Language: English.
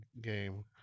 game